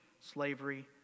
slavery